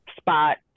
spot